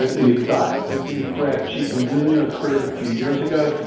ah an exotic disease threat. chikungunya occurred a few years ago.